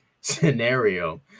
scenario